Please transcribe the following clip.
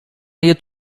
jest